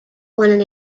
wanted